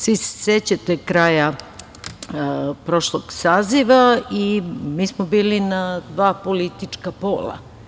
Svi se sećate kraja prošlog saziva, mi smo bili na dva politička pola.